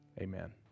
Amen